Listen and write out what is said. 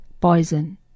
poison